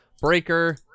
Breaker